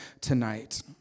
tonight